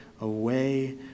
away